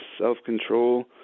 self-control